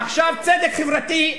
עבר לך הזמן מזמן.